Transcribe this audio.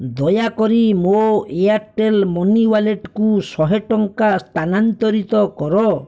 ଦୟାକରି ମୋ Airtel money ୱାଲେଟକୁ ଶହେ ଟଙ୍କା ସ୍ଥାନାନ୍ତରିତ କର